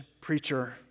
preacher